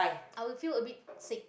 i will feel a bit sick